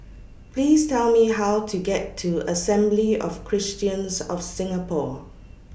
Please Tell Me How to get to Assembly of Christians of Singapore